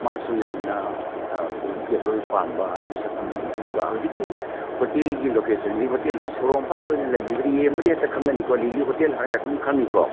ꯃꯥꯁꯨ ꯌꯥꯝꯅ ꯚꯦꯖꯤꯇꯦꯕꯜ ꯄꯥꯝꯕ ꯃꯤꯁꯛ ꯑꯃꯅꯤ ꯑꯗꯨꯒ ꯍꯧꯖꯤꯛꯀꯤ ꯍꯣꯇꯦꯜꯒꯤ ꯂꯣꯀꯦꯁꯟꯁꯤ ꯍꯣꯇꯦꯜꯁꯤ ꯁꯣꯔꯣꯛ ꯃꯄꯥꯟꯗ ꯑꯣꯏꯅ ꯂꯩꯕꯤꯕꯅꯤ ꯌꯦꯡꯕꯗ ꯍꯦꯛꯇ ꯈꯪꯒꯅꯤꯀꯣ ꯂꯤꯂꯤ ꯍꯣꯇꯦꯜ ꯍꯥꯏꯔꯒ ꯑꯗꯨꯝ ꯈꯪꯒꯅꯤꯀꯣ